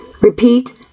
Repeat